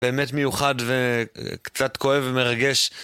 באמת מיוחד וקצת כואב ומרגש.